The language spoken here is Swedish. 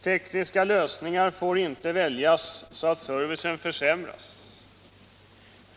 Tekniska lösningar får inte väljas så att servicen försämras.